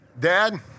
Dad